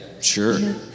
Sure